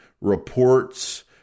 reports